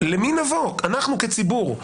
אנחנו כציבור?